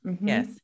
Yes